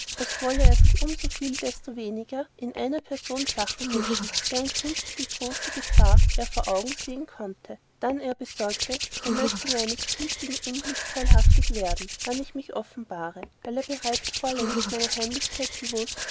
als wollte er sich um soviel desto weniger in einer person sachen mischen deren künftige große gefahr er vor augen sehen konnte dann er besorgte er möchte meines künftigen unglücks teilhaftig werden wann ich mich offenbare weil er bereits vorlängst meine heimlichkeit gewußt